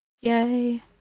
Yay